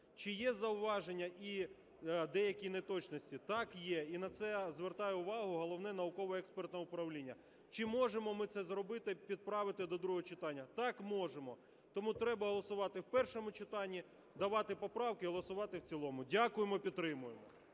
Чи є зауваження і деякі неточності? Так, є, і на це звертає увагу Головне науково-експертне управління. Чи можемо ми це зробити, підправити до другого читання? Так, можемо. Тому треба голосувати в першому читанні, давати поправки і голосувати в цілому. Дякуємо. Підтримуємо.